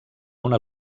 una